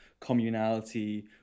communality